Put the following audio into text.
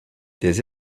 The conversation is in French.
des